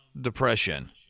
depression